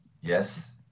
Yes